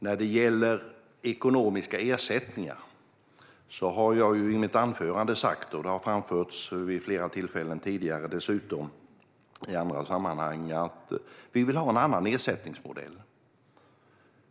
När det gäller ekonomiska ersättningar sa jag i mitt anförande, och det har dessutom framförts vid flera tidigare tillfällen i andra sammanhang, att vi vill ha en annan ersättningsmodell.